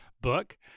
book